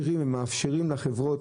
ומאפשרות לחברות.